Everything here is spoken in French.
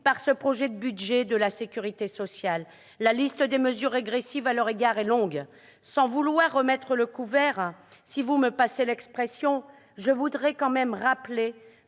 par ce projet de budget de la sécurité sociale. La liste des mesures négatives à leur égard est longue. Sans vouloir « remettre le couvert »- passez-moi l'expression -, je souhaite rappeler